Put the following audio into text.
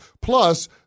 Plus